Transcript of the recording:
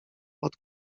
pod